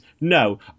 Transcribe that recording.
No